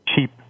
cheap